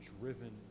driven